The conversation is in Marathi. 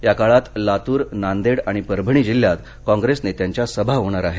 या काळात लातूर नांदेड आणि परभणी जिल्ह्यात कॉंग्रेस नेत्यांच्या सभा होणार आहेत